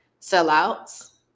sellouts